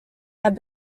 have